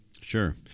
Sure